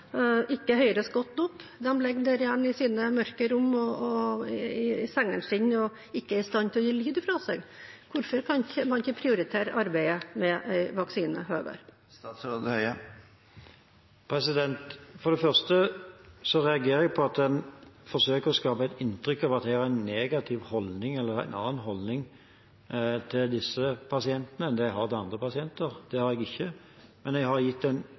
ikke høres godt nok? De ligger der hjemme i sine mørke rom og i sengene sine og er ikke i stand til å gi lyd fra seg. Hvorfor kan man ikke prioritere arbeidet med en vaksine høyere? For det første reagerer jeg på at en forsøker å skape et inntrykk av at jeg har en negativ holdning eller en annen holdning til disse pasientene enn det jeg har til andre pasienter. Det har jeg ikke. Men jeg har gitt en